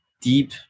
deep